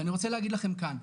ואני רוצה להגיד לכם כאן,